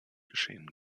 geschehen